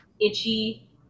itchy